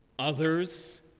others